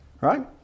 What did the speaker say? Right